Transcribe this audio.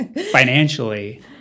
financially